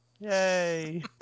Yay